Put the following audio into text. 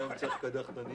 צריך להביא